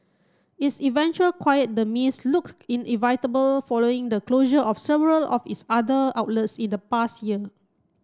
its eventual quiet demise looked inevitable following the closure of several of its other outlets in the past year